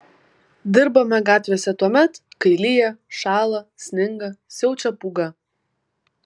dirbame gatvėse tuomet kai lyja šąla sninga siaučia pūga